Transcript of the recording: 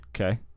Okay